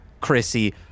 Chrissy